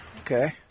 Okay